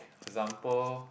example